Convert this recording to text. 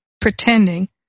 pretending